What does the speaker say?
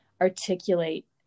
articulate